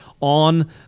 on